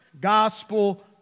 gospel